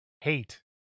hate